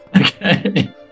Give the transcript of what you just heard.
Okay